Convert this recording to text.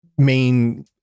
main